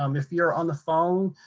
um if you're on the phone,